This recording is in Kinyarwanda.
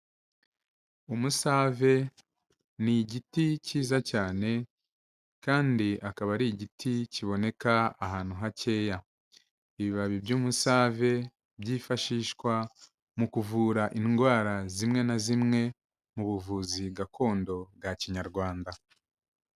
Umusave ni igiti kiza cyane kandi akaba ari igiti kiboneka ahantu hakeya, ibibabi by'umusave byifashishwa mu kuvura indwara zimwe na zimwe mu buvuzi gakondo bwa kinyarwanda.